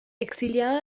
exiliado